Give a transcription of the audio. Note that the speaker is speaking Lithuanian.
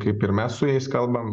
kaip ir mes su jais kalbam